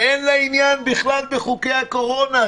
ואין לה עניין בכלל בחוקי הקורונה,